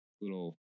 little